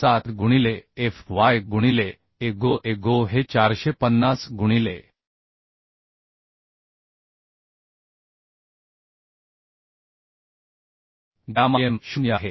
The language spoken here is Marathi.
307 गुणिले Fy गुणिले Ago Ago हे 450 गुणिले गॅमा m 0 आहे